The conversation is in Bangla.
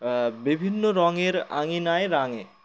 বিভিন্ন রঙের আঙিনায় রাঙে